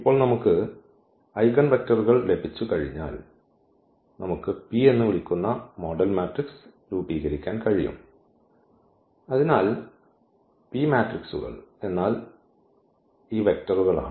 ഇപ്പോൾ നമുക്ക് ഐഗൻവെക്റ്ററുകൾ ലഭിച്ചുകഴിഞ്ഞാൽ നമുക്ക് P എന്ന് വിളിക്കുന്ന ഈ മോഡൽ മാട്രിക്സ് രൂപീകരിക്കാൻ കഴിയും അതിനാൽ P മാട്രിക്സുകൾ എന്നാൽ ഈ വെക്റ്ററുകളാണ്